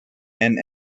and